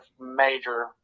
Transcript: major